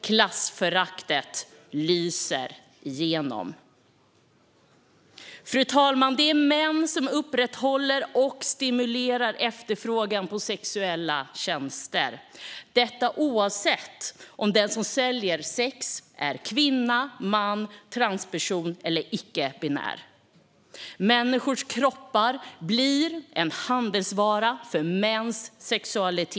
Klassföraktet lyser igenom. Fru talman! Det är män som upprätthåller och stimulerar efterfrågan på sexuella tjänster - detta oavsett om den som säljer sex är kvinna, man, transperson eller icke-binär. Människors kroppar blir en handelsvara för mäns sexualitet.